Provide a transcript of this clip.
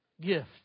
gift